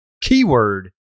Keyword